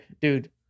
Dude